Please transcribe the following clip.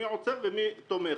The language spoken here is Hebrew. מי עוצר ומי תומך